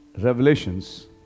Revelations